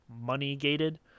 money-gated